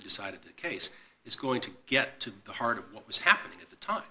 decided the case is going to get to the heart of what was happening at the time